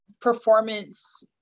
performance